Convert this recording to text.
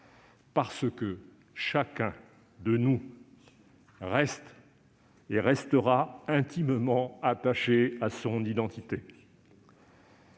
parce que chacun de nous reste et restera intimement attaché à son identité.